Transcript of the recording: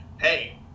hey